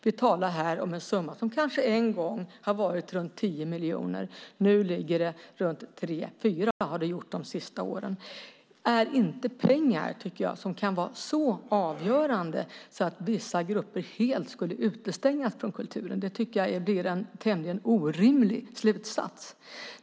Vi talar här om en summa som en gång kanske har varit runt 10 miljoner, och de senaste åren har den legat runt 3-4. Det är inte pengar som kan vara så avgörande att vissa grupper helt skulle utestängas från kulturen. Det tycker jag blir en tämligen orimlig slutsats.